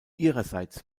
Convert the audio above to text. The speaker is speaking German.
ihrerseits